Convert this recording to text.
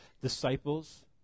disciples